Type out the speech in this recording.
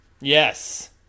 Yes